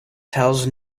tells